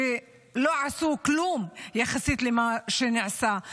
שלא עשו כלום יחסית למה שנעשה.